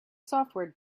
software